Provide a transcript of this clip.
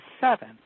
seven